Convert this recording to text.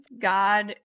God